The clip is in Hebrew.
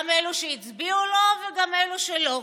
גם אלו שהצביעו לו, וגם אלו שלא.